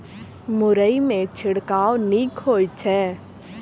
मुरई मे छिड़काव नीक होइ छै?